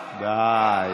די,